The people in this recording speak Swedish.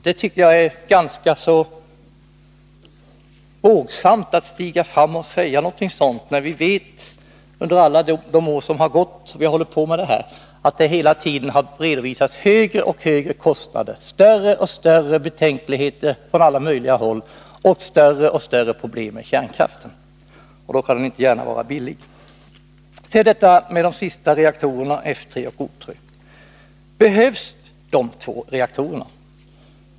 Jag tycker att det är ganska vågsamt att stiga fram och säga någonting sådant. Under alla de år då vi har diskuterat kärnkraften har det hela tiden redovisats högre och högre kostnader, större och större betänkligheter från alla möjliga håll, och större och större problem med kärnkraften. Då kan den inte gärna vara billig. Sedan detta med de sista reaktorerna, F 3 och O 3. Behövs dessa två reaktorer?